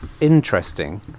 interesting